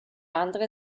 andere